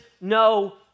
no